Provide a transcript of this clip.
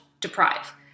deprive